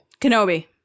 Kenobi